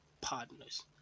partners